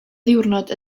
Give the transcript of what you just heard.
ddiwrnod